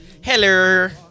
Hello